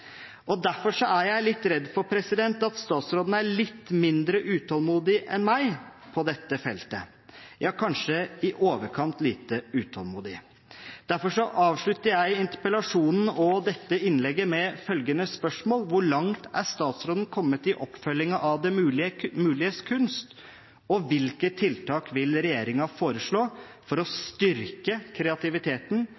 Derfor er jeg litt redd for at statsråden er litt mindre utålmodig enn meg på dette feltet – ja, kanskje i overkant lite utålmodig. Derfor avslutter jeg interpellasjonen og dette innlegget med følgende spørsmål: Hvor langt er statsråden kommet i oppfølgingen av Det muliges kunst, og hvilke tiltak vil regjeringen foreslå for å styrke kreativiteten